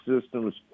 systems